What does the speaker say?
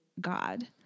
God